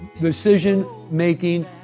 decision-making